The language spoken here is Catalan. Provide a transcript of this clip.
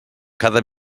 cada